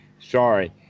sorry